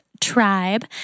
tribe